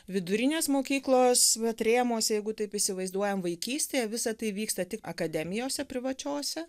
vidurinės mokyklos vat rėmuose jeigu taip įsivaizduojam vaikystėje visa tai vyksta tik akademijose privačiose